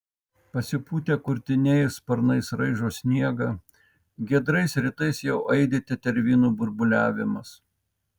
pasipūtę kurtiniai sparnais raižo sniegą giedrais rytais jau aidi tetervinų burbuliavimas